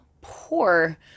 poor